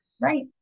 right